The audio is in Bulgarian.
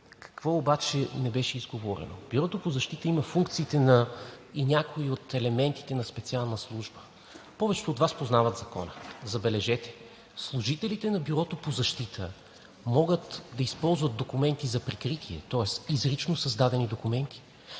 Какво обаче не беше изговорено? Бюрото по защита има функциите и на някои от елементите на специална служба. Повечето от Вас познават Закона, забележете, служителите на Бюрото по защита могат да използват документи за прикритие, тоест изрично създадени документи.